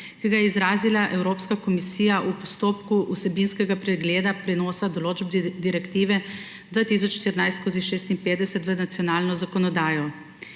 ki ga je izrazila Evropska komisija v postopku vsebinskega pregleda prenosa določb Direktive 2014/56 v nacionalno zakonodajo.